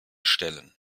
stellen